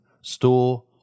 store